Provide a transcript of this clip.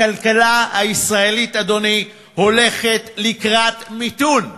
הכלכלה הישראלית, אדוני, הולכת לקראת מיתון,